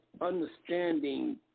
understanding